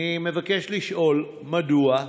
רצוני לשאול: 1. מדוע?